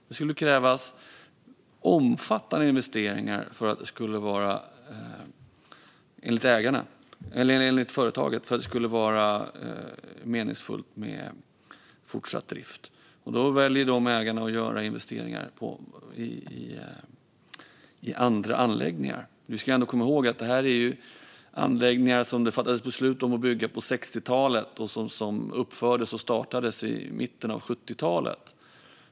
Det skulle enligt företaget krävas omfattande investeringar för att det skulle vara meningsfullt med fortsatt drift. Då väljer de ägarna att göra investeringar i andra anläggningar. Vi ska ändå komma ihåg att det här är anläggningar som det fattades beslut om att bygga på 60-talet och som uppfördes och startades i mitten av 70-talet.